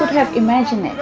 have imagined it?